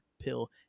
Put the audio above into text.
pill